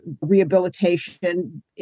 rehabilitation